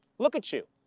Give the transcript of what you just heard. look at you,